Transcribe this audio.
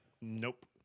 Nope